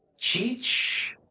Cheech